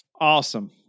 Awesome